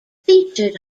featured